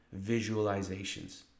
visualizations